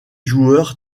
joueur